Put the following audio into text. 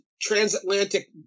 transatlantic